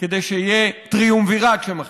כדי שיהיה טריומווירט שמחליט.